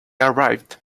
arrived